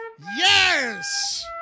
Yes